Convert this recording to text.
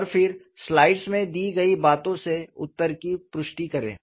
और फिर स्लाइड्स में दी गई बातों से उत्तर की पुष्टि करें